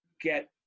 get